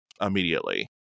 immediately